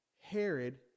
Herod